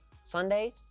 Sunday